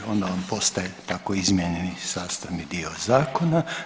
Ok, onda on postaje tako izmijenjeni sastavni dio zakona.